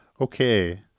Okay